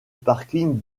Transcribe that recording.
parking